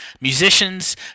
musicians